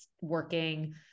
working